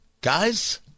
Guys